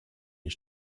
his